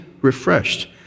refreshed